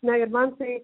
na ir man tai